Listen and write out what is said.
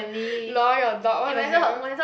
lol your dog what the hell